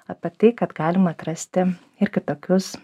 apie tai kad galima atrasti ir kitokius